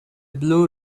blue